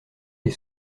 les